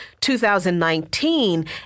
2019